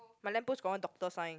my lamp post got one doctor sign